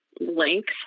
length